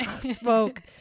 smoke